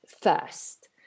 first